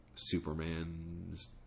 Superman's